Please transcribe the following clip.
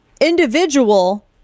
individual